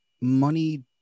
money